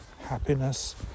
happiness